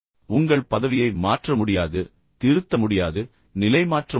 உங்கள் பதவியை மாற்ற முடியாது திருத்த முடியாது நிலைமாற்ற முடியாது